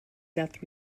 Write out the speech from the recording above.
death